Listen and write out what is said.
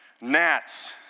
gnats